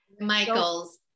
Michaels